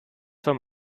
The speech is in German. vom